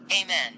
amen